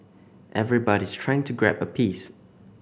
everybody's trying to grab a piece